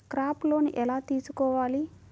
Crop loan ఎలా తీసుకోవాలి?